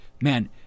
man